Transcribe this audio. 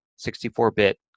64-bit